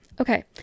Okay